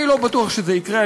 אני לא בטוח שזה יקרה,